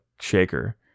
shaker